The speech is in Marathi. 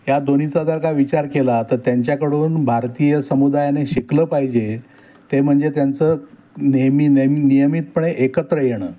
या दोन्हीचा जर का विचार केला तर त्यांच्याकडून भारतीय समुदायाने शिकलं पाहिजे ते म्हणजे त्यांचं नेहमी नेहमी नियमितपणे एकत्र येणं